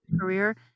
career